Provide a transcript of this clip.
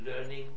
learning